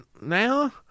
now